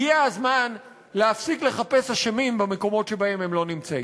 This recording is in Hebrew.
הגיע הזמן להפסיק לחפש אשמים במקומות שבהם הם לא נמצאים.